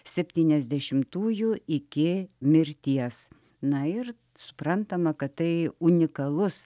septyniasdešimtųjų iki mirties na ir suprantama kad tai unikalus